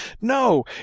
No